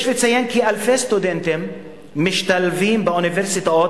יש לציין כי אלפי סטודנטים משתלבים באוניברסיטאות